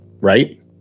right